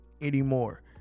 anymore